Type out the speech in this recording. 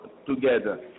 Together